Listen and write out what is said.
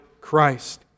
Christ